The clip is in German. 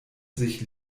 sich